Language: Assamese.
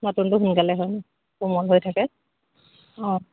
নতুনটো সোনকালে হয় কোমল হৈ থাকে অঁ